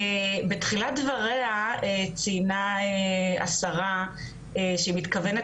בתחילת דבריה ציינה השרה שהיא מתכוונת